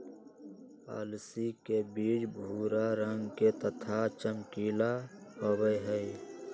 अलसी के बीज भूरा रंग के तथा चमकीला होबा हई